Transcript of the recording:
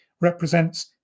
represents